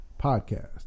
podcast